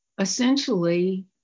essentially